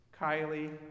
Kylie